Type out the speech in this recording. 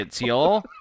y'all